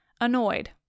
annoyed